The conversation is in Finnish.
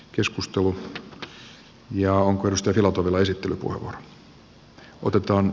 joskus on työelämä ja tasa arvovaliokunnan mietintö